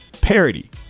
parody